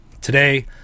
today